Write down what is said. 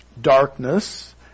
darkness